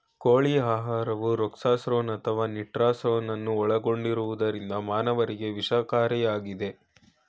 ಕೋಳಿ ಆಹಾರವು ರೊಕ್ಸಾರ್ಸೋನ್ ಅಥವಾ ನಿಟಾರ್ಸೋನ್ ಅನ್ನು ಒಳಗೊಂಡಿರುವುದರಿಂದ ಮಾನವರಿಗೆ ವಿಷಕಾರಿಯಾಗಿದೆ